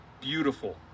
Beautiful